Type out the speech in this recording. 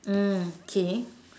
mm K